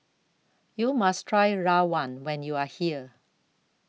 YOU must Try Rawon when YOU Are here